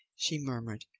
she murmured.